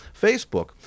Facebook